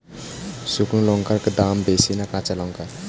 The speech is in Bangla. শুক্নো লঙ্কার দাম বেশি না কাঁচা লঙ্কার?